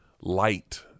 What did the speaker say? light